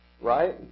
Right